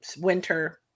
winter